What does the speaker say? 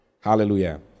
Hallelujah